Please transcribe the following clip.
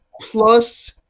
Plus